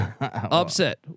Upset